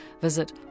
Visit